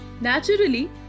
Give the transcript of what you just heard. Naturally